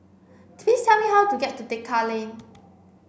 please tell me how to get to Tekka Lane